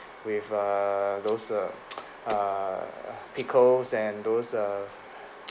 with err those err pickles and those err